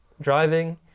driving